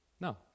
No